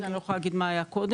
אני לא יכולה להגיד מה היה קודם.